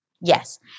Yes